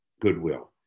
goodwill